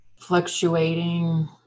fluctuating